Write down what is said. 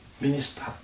Minister